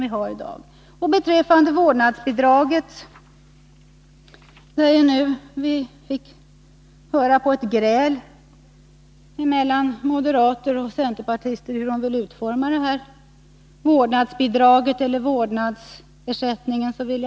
Vi har fått höra på ett gräl mellan moderater och centerpartister om hur ett vårdnadsbidrag eller en vårdnadsersättning skulle utformas.